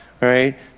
right